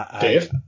Dave